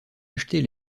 acheter